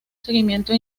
seguimiento